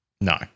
No